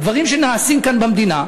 דברים שנעשים כאן במדינה.